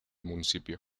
municipio